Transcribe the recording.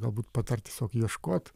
galbūt patart tiesiog ieškot